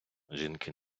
жінки